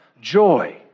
joy